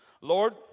Lord